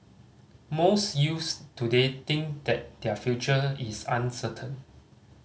most youths today think that their future is uncertain